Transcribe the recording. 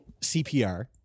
CPR